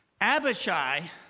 Abishai